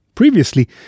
Previously